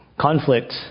Conflict